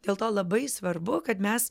dėl to labai svarbu kad mes